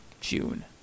June